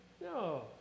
No